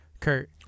kurt